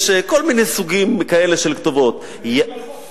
יש כל מיני סוגים כאלה של כתובות, זה בניגוד לחוק.